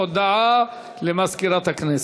הודעה למזכירת הכנסת.